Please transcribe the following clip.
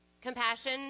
Compassion